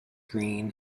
green